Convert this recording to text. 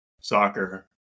soccer